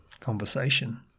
conversation